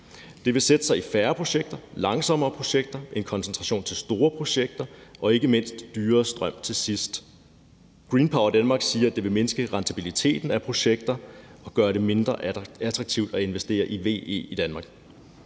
Det vil sætte sig i færre projekter, i langsommere projekter, en koncentration af store projekter og ikke mindst dyrere strøm til sidst. Green Power Denmark siger, at det vil mindske rentabiliteten af projekter og gøre det mindre attraktivt at investere i VE i Danmark.